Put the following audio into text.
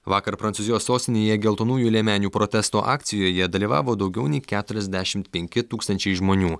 vakar prancūzijos sostinėje geltonųjų liemenių protesto akcijoje dalyvavo daugiau nei keturiasdešimt penki tūkstančiai žmonių